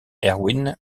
erwin